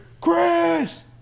Chris